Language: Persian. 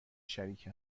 شریک